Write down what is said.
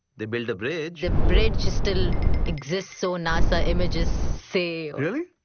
they built the bridge. the bridge still exists, so nasa images say. really?